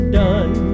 done